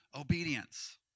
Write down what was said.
obedience